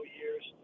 years